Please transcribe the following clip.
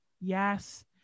Yes